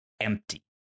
empty